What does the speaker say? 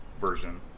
version